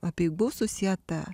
apeigų susieta